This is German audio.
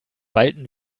walten